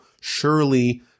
surely